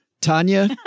Tanya